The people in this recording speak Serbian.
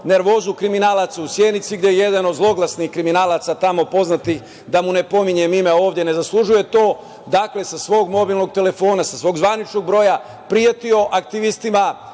nervozu kriminalaca u Sjenici, gde jedan ozloglašeni kriminalac, tamo poznati, da mu ne pominjem ime ovde, ne zaslužuje to, dakle sa svog mobilnog telefona sa svog zvaničnog broja pretio aktivistima